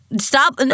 Stop